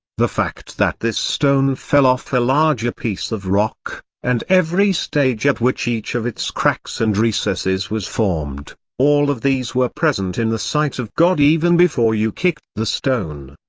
the fact that this stone fell off a larger piece of rock, and every stage at which each of its cracks and recesses was formed all of these were present in the sight of god even before you kicked the stone.